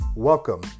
Welcome